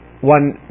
one